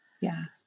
yes